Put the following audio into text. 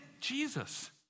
Jesus